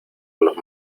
los